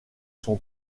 son